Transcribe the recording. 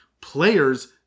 Players